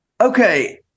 okay